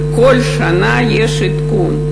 וכל שנה יש עדכון.